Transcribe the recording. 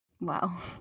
Wow